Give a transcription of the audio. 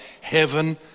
heaven